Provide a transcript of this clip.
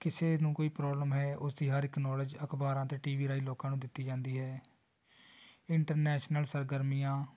ਕਿਸੇ ਨੂੰ ਕੋਈ ਪ੍ਰੋਬਲਮ ਹੈ ਉਸ ਦੀ ਹਰ ਇੱਕ ਨੋਲੇਜ ਅਖਬਾਰਾਂ ਅਤੇ ਟੀ ਵੀ ਰਾਹੀਂ ਲੋਕਾਂ ਨੂੰ ਦਿੱਤੀ ਜਾਂਦੀ ਹੈ ਇੰਟਰਨੈਸ਼ਨਲ ਸਰਗਰਮੀਆਂ